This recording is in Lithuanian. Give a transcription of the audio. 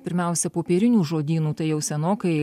pirmiausia popierinių žodynų tai jau senokai